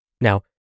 Now